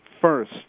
First